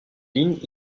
lignes